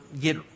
get